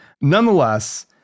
Nonetheless